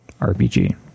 RPG